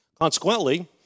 Consequently